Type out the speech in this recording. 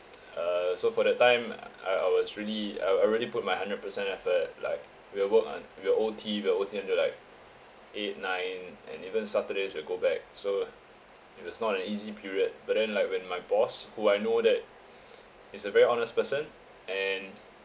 uh so for that time I I was really I I already put my hundred percent effort like we all work on we're O_T we O_T until like eight nine and even saturdays will go back so it was not an easy period but then like when my boss who I know that it's a very honest person and